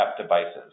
devices